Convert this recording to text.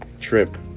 trip